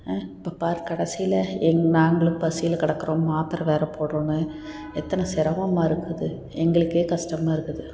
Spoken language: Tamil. இப்போ பாரு கடைசியில் எங் நாங்களும் பசியில் கிடக்குறோம் மாத்தரை வேறே போடணும் எத்தனை சிரமமா இருக்குது எங்களுக்கே கஷ்டமாக இருக்குது